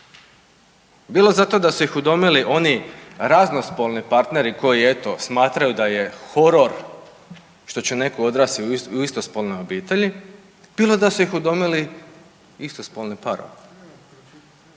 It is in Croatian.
bilo zato da su ih udomili oni raznospolni partneri koji eto smatraju da je horor što će netko odrasti u istospolnoj obitelji bilo da su ih udomili istospolni parovi.